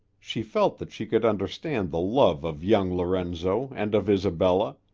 she felt that she could understand the love of young lorenzo and of isabella,